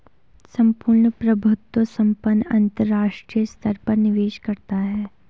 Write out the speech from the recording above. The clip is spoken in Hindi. सम्पूर्ण प्रभुत्व संपन्न अंतरराष्ट्रीय स्तर पर निवेश करता है